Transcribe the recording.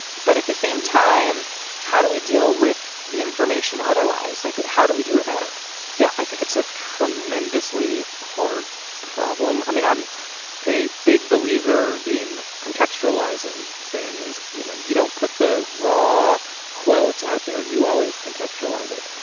but at the same time how do we deal with the information otherwise like how do we do it better yeah i think it's a tremendously hard problem. i mean i'm a big believer in contextualizing things. you know you don't put the raw quotes out there you always contextualize it.